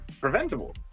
preventable